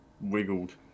wiggled